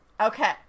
Okay